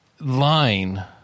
line